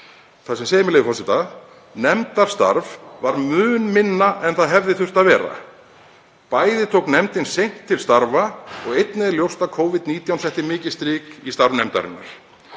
Þar segir, með leyfi forseta: „Nefndarstarf var mun minna en það hefði þurft að vera. Bæði tók nefndin seint til starfa og einnig er ljóst að Covid-19 setti mikið strik í starf nefndarinnar.